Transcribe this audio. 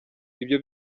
ibyo